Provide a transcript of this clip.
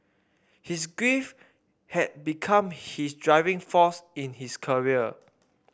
his grief had become his driving force in his career